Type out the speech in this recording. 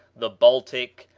the baltic,